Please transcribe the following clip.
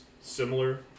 similar